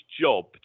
job